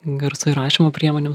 garso įrašymo priemonių